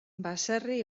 baserri